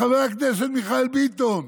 בחבר הכנסת מיכאל ביטון,